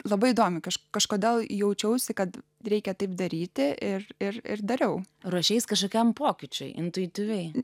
labai įdomu kažkaip kažkodėl jaučiausi kad reikia taip daryti ir ir ir dariau ruošeisi kažkokiam pokyčiai intuityviai